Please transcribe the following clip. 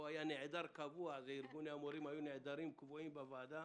פה היה נעדר קבוע ארגוני המורים היו נעדרים קבועים בוועדה